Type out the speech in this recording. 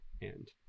And-